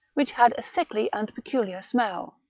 which had a sickly and peculiar smell.